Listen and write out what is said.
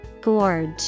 Gorge